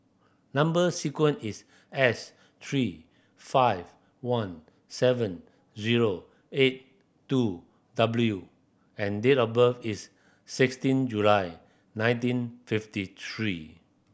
number sequence is S three five one seven zero eight two W and date of birth is sixteen July nineteen fifty three